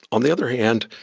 on the other hand,